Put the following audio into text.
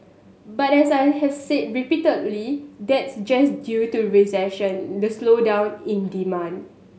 but as I've said repeatedly that's just due to recession the slowdown in demand